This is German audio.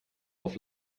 auf